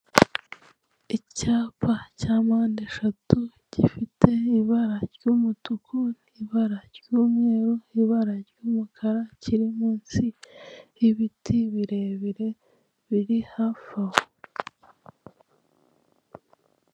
Icyapa cya mpande eshatu gifite ibara ry'umutuku ibara ry'umweru, ibara ry'umukara kiri munsi y'ibiti birebire biri hafi aho.